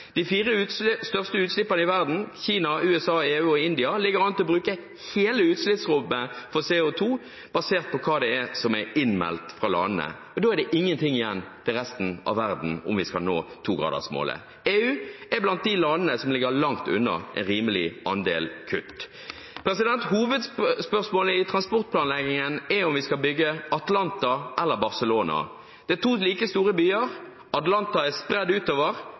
De fire største utslipperne i verden, Kina, USA, EU og India, ligger an til å bruke hele utslippsrommet for CO2 basert på hva som er innmeldt fra landene. Og da er det ingenting igjen til resten av verden om vi skal nå togradersmålet. EU er blant dem som ligger langt unna en rimelig andel kutt. Hovedspørsmålet i transportplanleggingen er om vi skal bygge Atlanta eller Barcelona. Det er to like store byer. Atlanta er spredt utover,